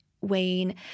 Wayne